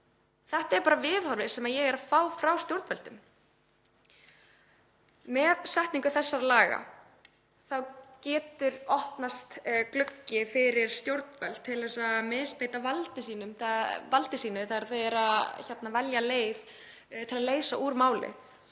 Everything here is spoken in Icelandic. Þetta er bara viðhorfið sem ég er að fá frá stjórnvöldum. Með setningu þessara laga getur opnast gluggi fyrir stjórnvöld til að misbeita valdi sínu, þ.e. þau eru að velja leið til að leysa úr máli.